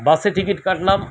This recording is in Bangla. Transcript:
বাসে টিকিট কাটলাম